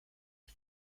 het